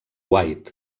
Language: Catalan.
white